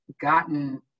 gotten